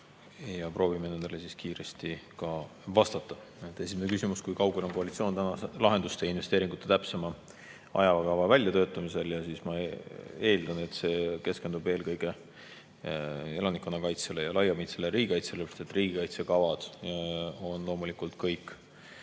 Proovime siis nendele kiiresti vastata. Esimene küsimus: "Kui kaugel on koalitsioon täna lahenduste ja investeeringute täpsema ajakava väljatöötamisel?" Ja siis ma eeldan, et see keskendub eelkõige elanikkonnakaitsele ja laiapindsele riigikaitsele, sest riigikaitse kavad on loomulikult kõik